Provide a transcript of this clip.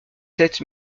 sept